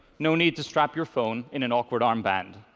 no need to strap your phone in an awkward armband.